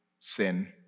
sin